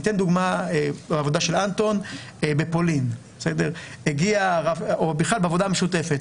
אתן דוגמה לעבודה של אנטון בכלל בעבודה המשותפת.